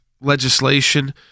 legislation